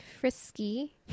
frisky